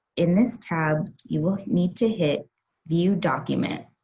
in this tab you will need to hit view document.